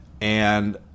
and-